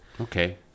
okay